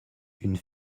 une